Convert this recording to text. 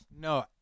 No